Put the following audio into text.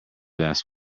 last